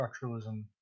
structuralism